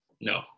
No